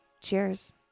Cheers